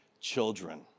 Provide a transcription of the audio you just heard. children